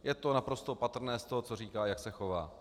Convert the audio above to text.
Je to naprosto patrné z toho, co říká a jak se chová.